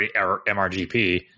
mrgp